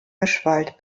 mischwald